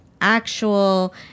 actual